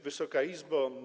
Wysoka Izbo!